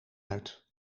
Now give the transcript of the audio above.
uit